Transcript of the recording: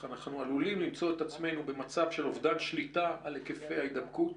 אנחנו עלולים למצוא את עצמנו במצב של אובדן שליטה על היקפי ההידבקות.